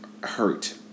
hurt